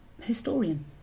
historian